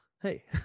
Hey